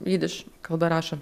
jidiš kalba rašo